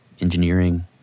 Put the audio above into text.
engineering